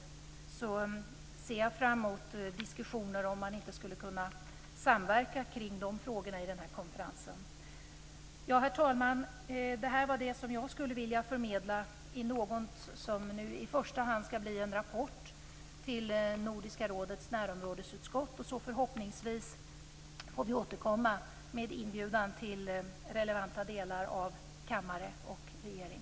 Jag vill då säga att jag ser fram emot diskussioner av om man inte skulle kunna samverka kring de frågorna i den här konferensen. Herr talman! Det här var det som jag ville förmedla i något som nu i första hand skall bli en rapport till Nordiska rådets närområdesutskott. Förhoppningsvis får vi återkomma med inbjudan till relevanta delar av kammare och regering.